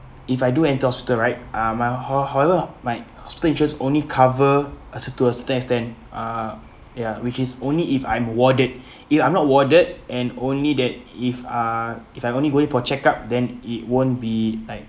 if I do enter hospital right uh my who~ whole of my hospital insurance only cover uh cer~ to a certain extent uh ya which is only if I'm warded if I'm not warded and only that if uh if I'm only going for checkup then it won't be like